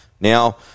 Now